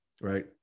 right